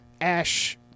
Ash